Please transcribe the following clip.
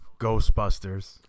Ghostbusters